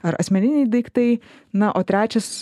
ar asmeniniai daiktai na o trečias